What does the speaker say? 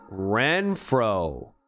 Renfro